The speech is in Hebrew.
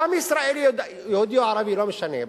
דם ישראלי, יהודי או ערבי, לא משנה.